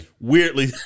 weirdly